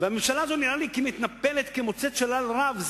והממשלה הזאת, נראה לי, מתנפלת כמוצאת שלל רב.